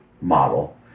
model